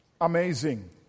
amazing